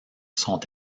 sont